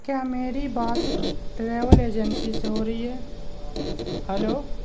کیا میری بات ٹریول ایجنسی سے ہو رہی ہے ہلو